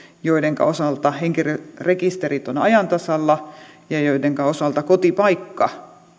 joidenka osalta henkilörekisterit ovat ajan tasalla ja joidenka osalta kotipaikka